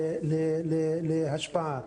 להשפעה.